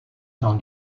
dans